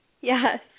Yes